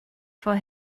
for